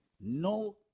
No